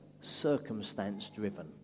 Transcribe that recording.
circumstance-driven